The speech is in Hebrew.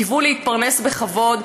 קיוו להתפרנס בכבוד,